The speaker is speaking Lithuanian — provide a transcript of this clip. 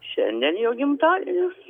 šiandien jo gimtadienis